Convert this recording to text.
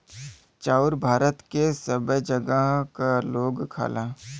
चाउर भारत के सबै जगह क लोग खाला